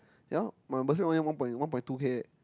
ya my bursary only one point one point two K